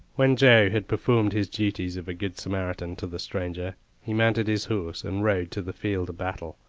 when joe had performed his duties of a good samaritan to the stranger he mounted his horse, and rode to the field of battle.